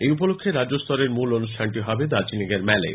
এই উপলক্ষ্যে রাজ্যস্তরের মূল অনুষ্ঠানটি হবে দার্জিলিং এর ম্যালে